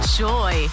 joy